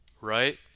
right